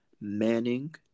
Manning